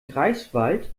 greifswald